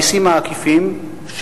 המסים העקיפים,